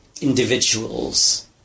individuals